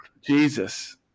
Jesus